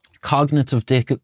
cognitive